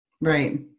Right